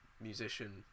musician